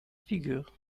figure